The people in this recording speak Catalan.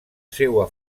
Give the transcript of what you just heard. seua